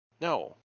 No